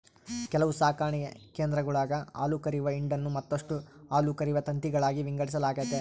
ಕೆಲವು ಸಾಕಣೆ ಕೇಂದ್ರಗುಳಾಗ ಹಾಲುಕರೆಯುವ ಹಿಂಡನ್ನು ಮತ್ತಷ್ಟು ಹಾಲುಕರೆಯುವ ತಂತಿಗಳಾಗಿ ವಿಂಗಡಿಸಲಾಗೆತೆ